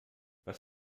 was